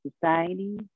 society